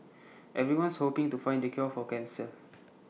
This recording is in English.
everyone's hoping to find the cure for cancer